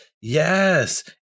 yes